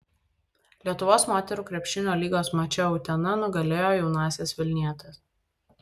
lietuvos moterų krepšinio lygos mače utena nugalėjo jaunąsias vilnietes